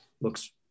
looks